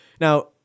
Now